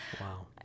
Wow